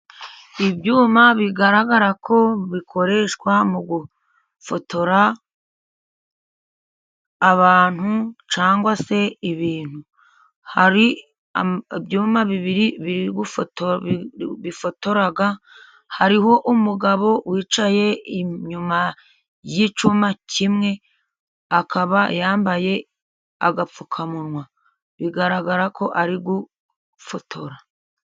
Ibyuma bigaragara ko bikoreshwa mu gufotora abantu cyangwa se ibintu. Hari ibyuma bibiri biri gufotora bifotora, hariho umugabo wicaye inyuma y'icyuma kimwe akaba yambaye agapfukamunwa, bigaragara ko ari gufotora.